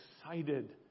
excited